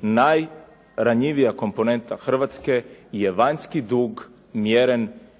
najranjivija komponenta Hrvatske je vanjski dug mjeren